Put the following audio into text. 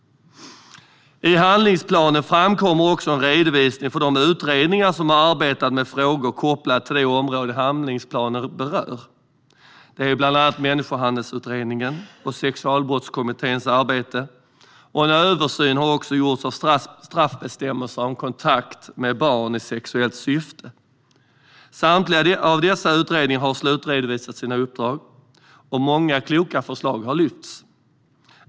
I handlingsplanen finns också en redovisning för de utredningar som har arbetat med frågor kopplade till det område handlingsplanen berör, bland annat Människohandelsutredningens och Sexualbrottskommitténs arbete. En översyn av straffbestämmelserna har också gjorts när det gäller kontakt med barn i sexuellt syfte. Samtliga dessa utredningar har slutredovisat sina uppdrag, och många kloka förslag har förts fram.